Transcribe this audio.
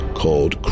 called